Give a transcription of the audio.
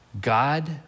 God